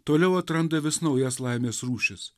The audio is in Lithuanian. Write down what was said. toliau atranda vis naujas laimės rūšis